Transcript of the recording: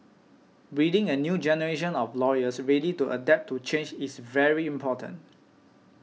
breeding a new generation of lawyers ready to adapt to change is very important